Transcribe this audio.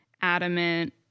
adamant